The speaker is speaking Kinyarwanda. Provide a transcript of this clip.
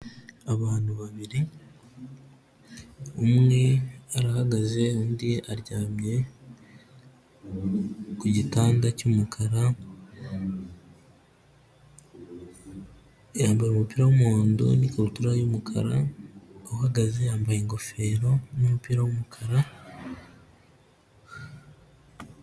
Abantu babiri, umwe arahagaze undi aryamye ku gitanda cy'umukara, yambaye umupira w'umuhondo n'ikabutura y'umukara, uhagaze yambaye ingofero n'umupira w'umukara.